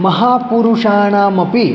महापुरुषाणामपि